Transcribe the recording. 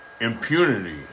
impunity